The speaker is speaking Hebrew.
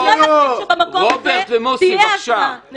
לא תהיה השוואה בין חייל צה"ל למחבלים.